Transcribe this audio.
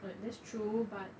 well that's true but